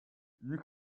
you